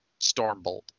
Stormbolt